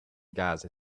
gas